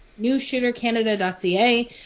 newshootercanada.ca